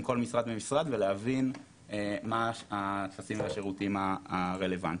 כל משרד ומשרד ולהבין מה הטפסים והשירותים הרלוונטיים.